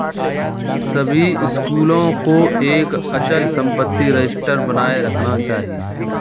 सभी स्कूलों को एक अचल संपत्ति रजिस्टर बनाए रखना चाहिए